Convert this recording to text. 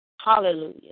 Hallelujah